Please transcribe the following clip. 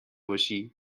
باشی